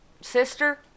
sister